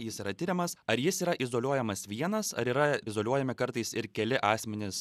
jis yra tiriamas ar jis yra izoliuojamas vienas ar yra izoliuojami kartais ir keli asmenys